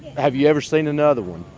have you ever seen another one?